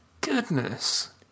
goodness